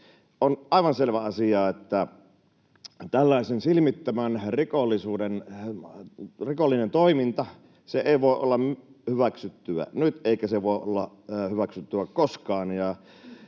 On aivan selvä asia, että tällainen silmittömän rikollinen toiminta ei voi olla hyväksyttyä nyt eikä se voi olla hyväksyttyä koskaan.